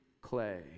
clay